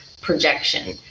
projection